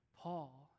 Paul